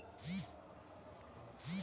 सगळ्यात जास्त पीक कर्ज कोनच्या पिकावर मिळते?